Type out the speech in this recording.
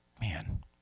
Man